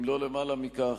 אם לא למעלה מכך,